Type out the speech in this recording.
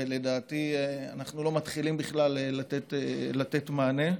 לדעתי, אנחנו לא מתחילים בכלל לתת מענה.